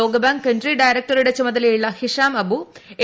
ലോകബാങ്ക് കൺട്രി ഡയറക്ടറുടെ ചുമതലയുള്ള ഹിഷാം അബുഎ